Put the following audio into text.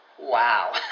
Wow